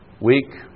Weak